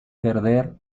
perder